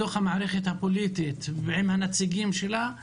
בתוך המערכת הפוליטית ועם הנציגים שלה,